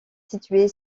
située